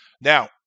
Now